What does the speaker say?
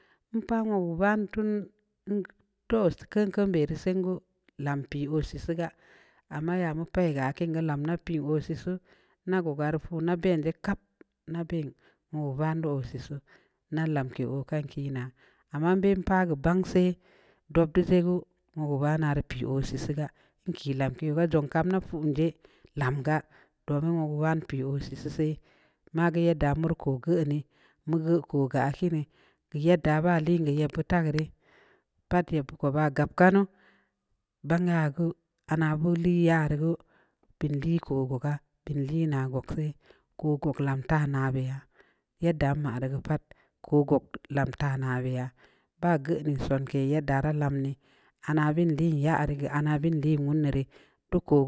Mpa muwa gban tun unn toh sii kanə kanə bəri siongue lampi ɔ lələ ləga ama yamu a'ay ya kangal lamna pəə ɔ cəcə na gugar ku na bəndə kap na bənn mu bandu ɔ cəcəw na lamki ɔ kam kina ama bəa ban sa'ay dubbdə sii gue mu ubanaru pəə ɔ cəcə ga'a kə lampi ju kamna vu jə lamga'a domin ɔ mu won pə ɔ cəcə sa'ay mague ya da murku geu nii mu gue ko ga kii nii yadda ba ləngii ya pəta geu rə put ya buku ba na'a gap kanūu ban ya gue an abu nə ya ru gue belii ku kugga belii na gugg sa'ay ku kuglo am ta nabda yadd ma rə gue pat ku gap lamta'ana bəya ba nə gue nə sunkii yadd ra lamm nii ana vəndə ya a rə vəndə wun nə rə duk.